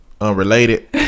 unrelated